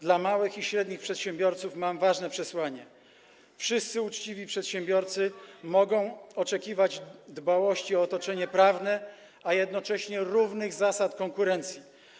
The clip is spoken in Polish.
Dla małych i średnich przedsiębiorców mam ważne przesłanie: wszyscy uczciwi przedsiębiorcy mogą oczekiwać dbałości o otoczenie prawne, a jednocześnie równych zasad konkurencji.